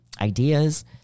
ideas